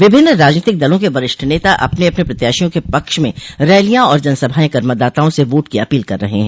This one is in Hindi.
विभिन्न राजनीतिक दलों के वरिष्ठ नेता अपने अपने प्रत्याशियों के पक्ष में रैलियां और जन सभायें कर मतदाताओं से वोट की अपील कर रहे हैं